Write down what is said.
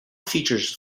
features